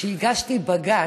כשהגשתי בג"ץ,